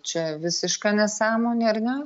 čia visiška nesąmonė ar ne